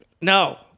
No